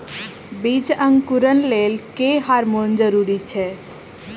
बीज अंकुरण लेल केँ हार्मोन जरूरी छै?